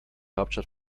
hauptstadt